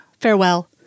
Farewell